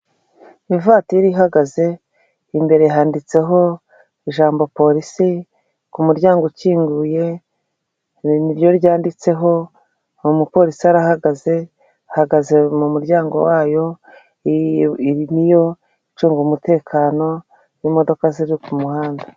Ivatiri ihagaze imbere handitseho ijambo polisi ku muryango ukinguye niryo ryanditseho umupolisi arahagaze ahagaze mu muryango wayo ni yo icunga umutekano n'imodoka ziri ku muhanda.